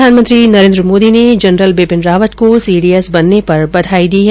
प्रधानमंत्री नरेन्द्र मोदी ने जनरल बिपिन रावत को सीडीएस बनने पर बघाई दी है